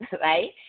right